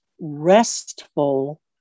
restful